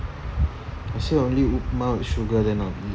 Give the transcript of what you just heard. I say only upma sugar then I will eat